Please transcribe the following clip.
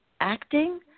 Acting